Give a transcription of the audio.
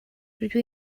rydw